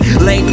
Late